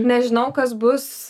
nežinau kas bus